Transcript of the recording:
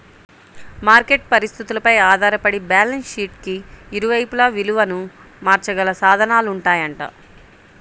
market పరిస్థితులపై ఆధారపడి balance షీట్కి ఇరువైపులా విలువను మార్చగల సాధనాలుంటాయంట